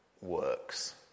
works